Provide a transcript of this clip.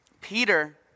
Peter